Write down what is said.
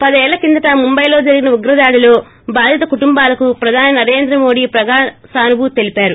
పదేళ్ల కిందట ముంబైలో జరిగిన ఉగ్రదాడిలో బాధిత కుటుంబాలకు ప్రధాని నరేంద్ర మోదీ ప్రగాఢసానుభూతి తెలిపారు